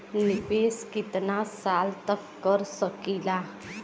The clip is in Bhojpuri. निवेश कितना साल तक कर सकीला?